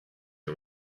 you